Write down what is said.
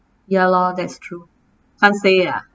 ya lor that's true can't say ah